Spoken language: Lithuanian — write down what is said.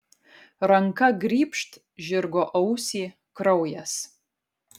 ranka grybšt žirgo ausį kraujas